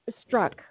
struck